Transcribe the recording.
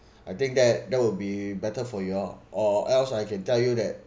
I think that that will be better for you all or else I can tell you that